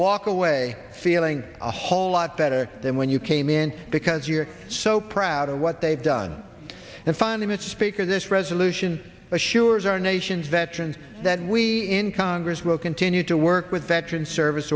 walk away feeling a whole lot better than when you came in because you're so proud of what they've done and finally mr speaker this resolution assures our nation's veterans that we in congress will continue to work with veteran service